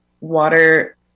water